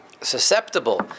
susceptible